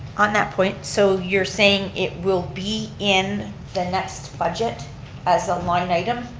on that point so you're saying it will be in the next budget as a line item